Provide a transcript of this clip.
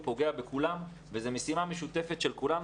הוא פוגע בכולם וזאת משימה משותפת של כולנו,